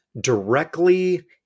directly